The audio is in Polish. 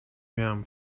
miałem